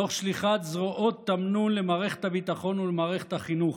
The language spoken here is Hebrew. תוך שליחת זרועות תמנון למערכת הביטחון ולמערכת החינוך,